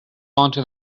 onto